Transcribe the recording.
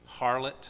harlot